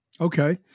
Okay